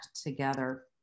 together